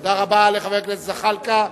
תודה רבה לחבר הכנסת זחאלקה.